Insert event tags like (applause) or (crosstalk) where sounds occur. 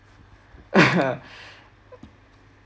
uh (laughs)